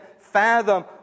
fathom